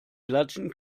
klatschen